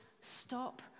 stop